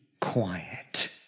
quiet